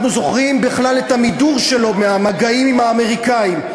אנחנו זוכרים בכלל את המידור שלו מהמגעים עם האמריקנים,